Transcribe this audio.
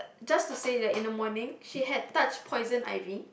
just to say that in the morning she had touched poison ivy